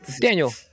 Daniel